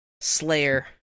Slayer